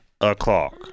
o'clock